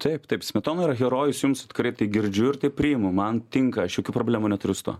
taip taip smetona yra herojus jums tikrai tai girdžiu ir tai priimu man tinka aš jokių problemų neturiu su tuo